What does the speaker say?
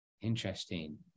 interesting